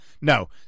No